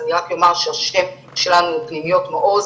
אז אני רק אומר שהשם שלנו הוא פנימיות מעוז,